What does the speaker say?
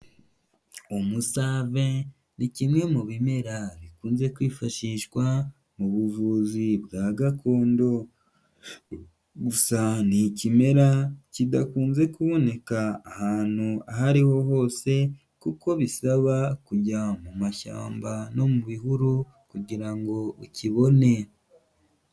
Umusave ni kimwe mu bimera bikunze kwifashishwa mu buvuzi bwa gakondo, gusa ni ikimera kidakunze kuboneka ahantu aho ariho hose, kuko bisaba kujya mu mashyamba no mu bihuru kugira ngo ukibone.